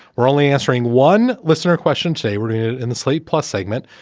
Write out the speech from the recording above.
we're only answering one listener question. say we're doing it in the slate plus segment.